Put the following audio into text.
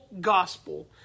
gospel